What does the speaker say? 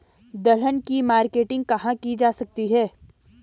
दलहन की मार्केटिंग कहाँ की जा सकती है?